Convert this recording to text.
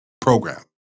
program